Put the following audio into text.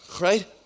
right